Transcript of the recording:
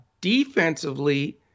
defensively